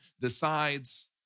decides